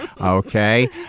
okay